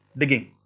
digging.